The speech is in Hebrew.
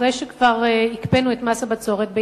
אחרי שכבר הקפאנו את מס הבצורת,